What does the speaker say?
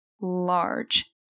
Large